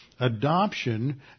Adoption